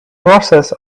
process